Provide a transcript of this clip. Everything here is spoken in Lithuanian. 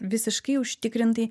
visiškai užtikrintai